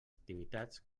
activitats